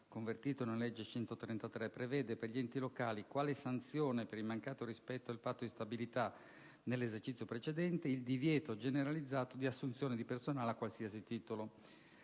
convertito nella legge n. 133 del 2008) prevede per gli enti locali, quale sanzione per il mancato rispetto del Patto di stabilità nell'esercizio precedente, il divieto generalizzato di assunzione di personale a qualsiasi titolo.